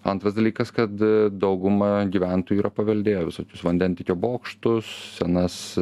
antras dalykas kad dauguma gyventojų yra paveldėję visokius vandentiekio bokštus senas